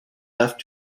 left